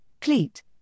cleat